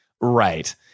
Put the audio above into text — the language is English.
Right